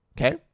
Okay